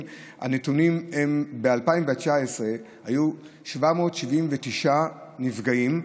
הנתונים הם ב-2019 היו 779 נפגעים,